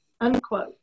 unquote